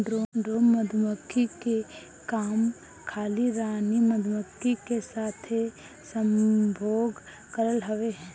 drone मधुमक्खी के काम खाली रानी मधुमक्खी के साथे संभोग करल हवे